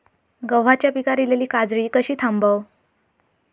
गव्हाच्या पिकार इलीली काजळी कशी थांबव?